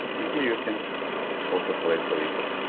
and here you can also select the report.